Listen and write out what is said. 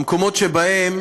במקומות שבהם